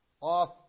off